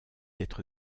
être